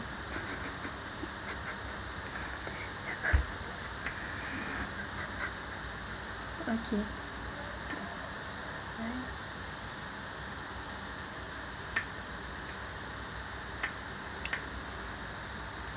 okay